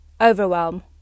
overwhelm